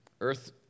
Earth